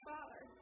Father